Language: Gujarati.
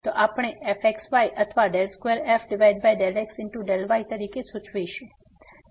તો આ આપણે fxy અથવા 2f∂x∂y તરીકે સૂચવીશું